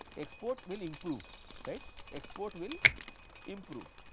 export will improve right export will improve